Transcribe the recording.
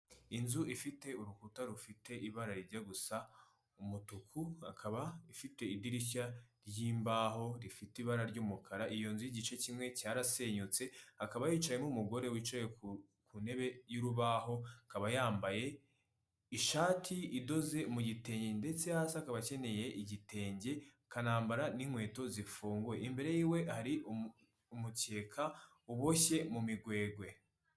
Inzu ifite urukuta rufite ibara rijya gusa umutuku. Akaba ifite idirishya ry'imbaho rifite ibara ry'umukara. Iyo nzu igice kimwe cyarasenyutse, hakaba hicayemo umugore wicaye ku ntebe y'urubaho. Akaba yambaye ishati idoze mu gitenge, ndetse hasi akaba akeneye igitenge akanambara n'inkweto zifunguye. Imbere y'iwe hari umukeka uboshye mu migwegwe.